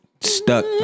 stuck